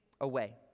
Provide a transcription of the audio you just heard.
away